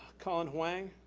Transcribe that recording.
colin huang.